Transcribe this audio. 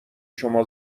شما